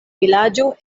vilaĝo